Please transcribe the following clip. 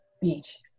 Beach